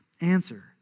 answer